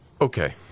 Okay